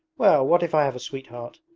well, what if i have a sweetheart?